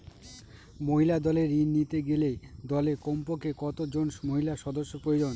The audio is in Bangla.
মহিলা দলের ঋণ নিতে গেলে দলে কমপক্ষে কত জন মহিলা সদস্য প্রয়োজন?